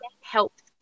helps